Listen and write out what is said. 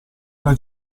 una